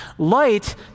Light